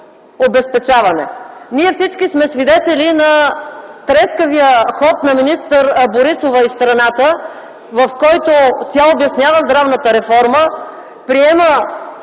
обезпечаване. Ние всички сме свидетели на трескавия ход на министър Борисова из страната, в който тя обяснява здравната реформа, приема